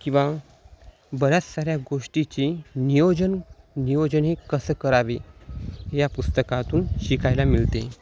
किंवा बऱ्याच साऱ्या गोष्टीची नियोजन नियोजन हे कसं करावे या पुस्तकातून शिकायला मिळते